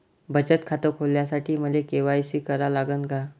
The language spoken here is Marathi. बचत खात खोलासाठी मले के.वाय.सी करा लागन का?